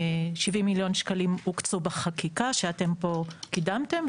70 מיליון שקלים הוקצו בחקיקה, שאתם פה קידמתם.